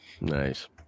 Nice